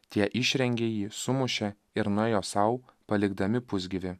tie išrengė jį sumušė ir nuėjo sau palikdami pusgyvį